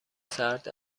سرد